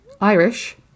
irish